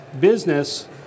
business